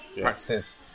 practices